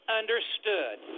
understood